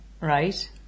right